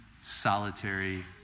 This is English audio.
solitary